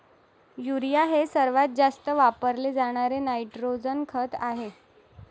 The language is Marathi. युरिया हे सर्वात जास्त वापरले जाणारे नायट्रोजन खत आहे